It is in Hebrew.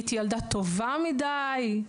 הייתי ילדה טובה מידי.